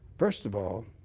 first of all,